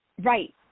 Right